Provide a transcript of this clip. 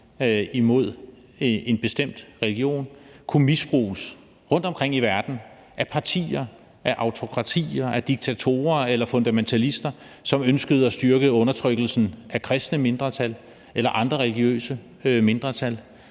imod en bestemt religion kunne misbruges rundtomkring i verden af partier, af autokratier, af diktatorer eller fundamentalister, som ønskede at styrke undertrykkelsen af kristne mindretal eller andre religiøse mindretal